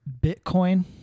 Bitcoin